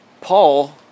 Paul